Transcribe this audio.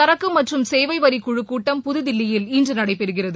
சரக்கு மற்றும் சேவைவரிக்குழு கூட்டம் புதுதில்லியில் இன்று நடைபெறுகிறது